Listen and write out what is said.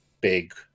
big